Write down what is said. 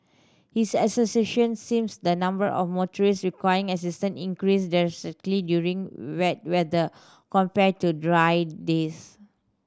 his association seems the number of motorists requiring assistance increase drastically during wet weather compared to dry days